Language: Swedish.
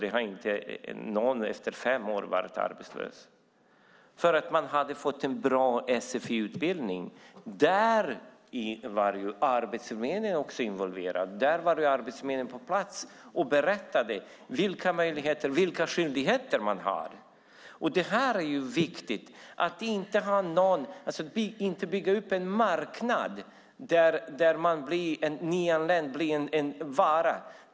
Efter fem år har ingen varit arbetslös. Det beror på att vi fick en bra sfi-utbildning. Arbetsförmedlingen var involverad. Arbetsförmedlingen var på plats och berättade vilka möjligheter och skyldigheter vi har. Det är viktigt att inte bygga upp en marknad där den nyanlände blir en vara.